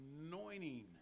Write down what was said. anointing